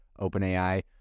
OpenAI